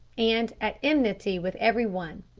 and at enmity with every one.